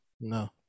No